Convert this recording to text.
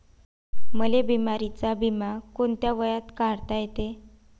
मले बिमारीचा बिमा कोंत्या वयात काढता येते?